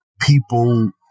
people